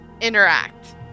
interact